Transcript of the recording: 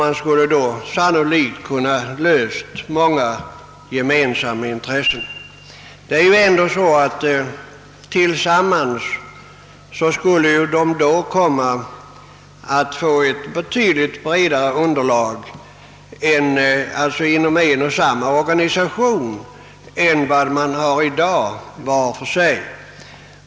Då skulle sannolikt många problem kunna lösas. Tillsammans skulle också de båda förbunden få ett betydligt bredare underlag än vad de i dag har vart och ett för sig.